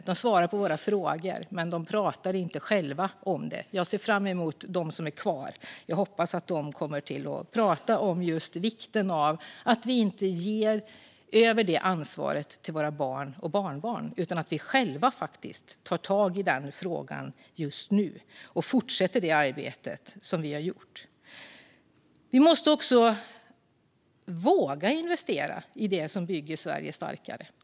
De svarar på våra frågor, men de pratar inte själva om det. Jag ser fram emot och hoppas att återstående talare kommer att prata om vikten av att vi inte lämnar över det ansvaret till våra barn och barnbarn utan själva tar tag i frågan just nu och fortsätter det arbete som vi har gjort. Vi måste våga investera i det som bygger Sverige starkare.